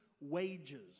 wages